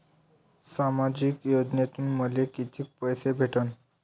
सामाजिक योजनेतून मले कितीक पैसे भेटन?